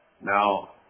Now